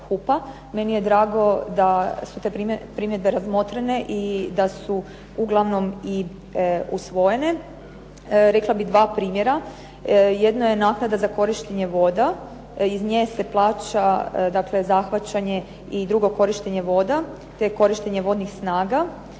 Meni je drago da su te primjedbe razmotrene i da su uglavnom i usvojene. Rekla bih dva primjera. Jedna je naknada za korištenje voda. Iz nje se plaća dakle zahvaćanje i drugo korištenje voda, te korištenje vodnih snaga.